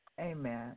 Amen